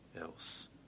else